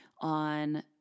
on